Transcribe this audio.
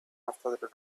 after